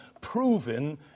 proven